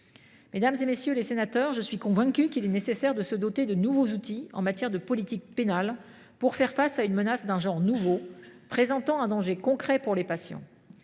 Mesdames, messieurs les sénateurs, je suis convaincue qu’il est nécessaire de se doter de nouveaux outils de politique pénale pour faire face à une menace d’un genre nouveau, qui constitue un danger concret pour les patients.